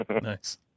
Nice